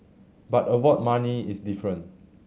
but award money is different